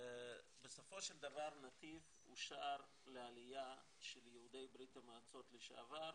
בסופו של דבר נתיב אושר לעלייה של יהודי ברית המועצות לשעבר,